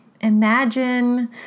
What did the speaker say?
imagine